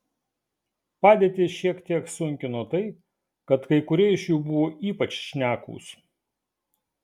padėtį šiek tiek sunkino tai kad kai kurie iš jų buvo ypač šnekūs